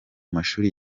mashuri